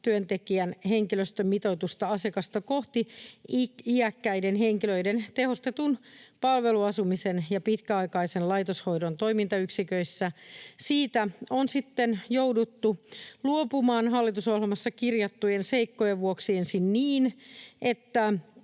työntekijän henkilöstömitoitusta asiakasta kohti iäkkäiden henkilöiden tehostetun palveluasumisen ja pitkäaikaisen laitoshoidon toimintayksiköissä. Siitä on sitten jouduttu luopumaan hallitusohjelmassa kirjattujen seikkojen vuoksi ensin niin, että